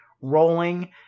rolling